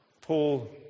Paul